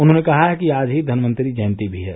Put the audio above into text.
उन्होंने कहा है कि आज ही धनवंतरि जयंती भी है